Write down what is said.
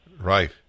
Right